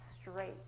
straight